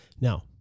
Now